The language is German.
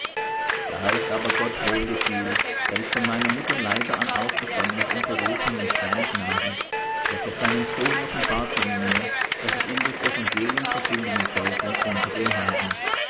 da es aber gott wohl gefiel der mich von meiner mutter leibe an hat ausgesondert und berufen durch seine gnade daß er seinen sohn offenbarte in mir daß ich ihn durchs evangelium verkündigen sollte unter den heiden